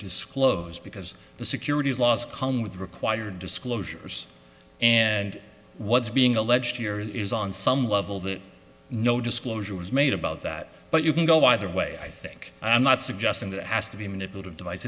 disclose because the securities laws come with require disclosures and what's being alleged here is on some level that no disclosure was made about that but you can go either way i think i'm not suggesting that it has to be manipulative device